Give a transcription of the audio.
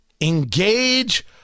engage